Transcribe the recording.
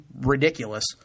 ridiculous